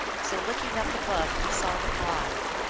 so looking up above he saw the bride,